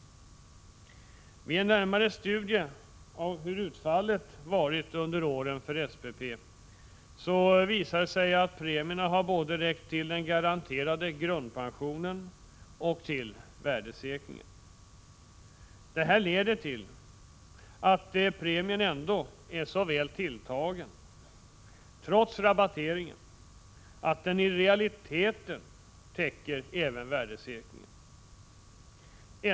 Vid en närmare studie av hur utfallet varit för SPP under åren visar det sig att premierna har räckt till både den garanterade grundpensionen och värdesäkringen. Detta leder till slutsatsen att premien trots rabatteringen är så väl tilltagen att den i realiteten täcker även värdesäkringen.